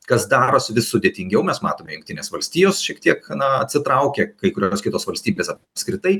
kas darosi vis sudėtingiau mes matome jungtinės valstijos šiek tiek na atsitraukė kai kurios kitos valstybės apskritai